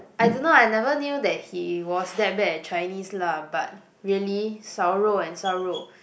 I don't know I never knew that he was that bad at Chinese lah but really 烧肉 and 少肉